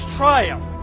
triumph